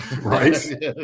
right